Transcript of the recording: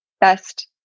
Best